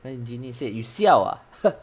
then genie say you siao ah